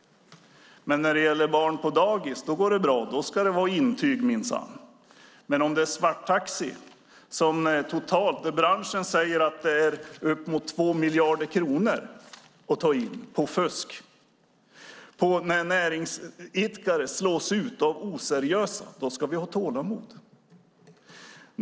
Men när det gäller barn på dagis går det bra. Då ska det minsann vara intyg. Men om det handlar om svarttaxi, där branschen säger att det är fråga om upp mot 2 miljarder kronor att ta in på fusk, och näringsidkare slås ut av oseriösa, då ska vi ha tålamod.